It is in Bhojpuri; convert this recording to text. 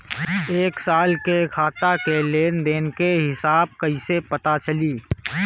एक साल के खाता के लेन देन के हिसाब कइसे पता चली?